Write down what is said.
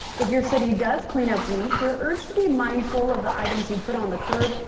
if you're city does clean-up week, you're urged to be mindful of the items you put on the curb.